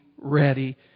ready